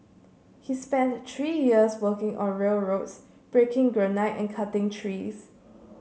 he spent the three years working on railroads breaking granite and cutting trees